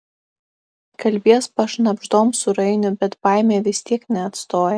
kalbies pašnabždom su rainiu bet baimė vis tiek neatstoja